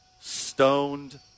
stoned